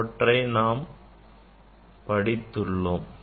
அவற்றைப் பற்றி நாம் படித்தோம்